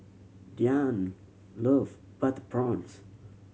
Dyan love butter prawns